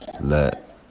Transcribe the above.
let